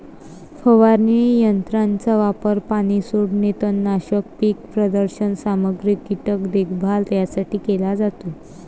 फवारणी यंत्राचा वापर पाणी सोडणे, तणनाशक, पीक प्रदर्शन सामग्री, कीटक देखभाल यासाठी केला जातो